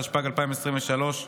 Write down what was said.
התשפ"ג 2023,